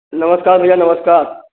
नमस्कार भईया नमस्कार